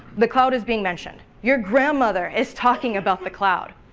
the cloud is being mentioned, your grandmother is talking about the cloud.